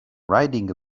riding